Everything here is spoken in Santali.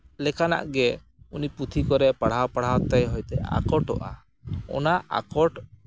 ᱞᱮᱠᱟᱱᱟᱜ ᱜᱮ ᱩᱱᱤ ᱯᱩᱛᱷᱤ ᱠᱚᱨᱮᱫ ᱯᱟᱲᱦᱟᱣ ᱯᱟᱲᱦᱟᱣ ᱛᱮ ᱦᱚᱭᱛᱳᱭ ᱟᱠᱚᱴᱚᱜᱼᱟ ᱚᱱᱟ ᱟᱠᱚᱴ